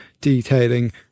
detailing